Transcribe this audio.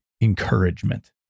encouragement